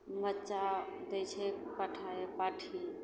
बच्चा दै छै पाठा या पाठी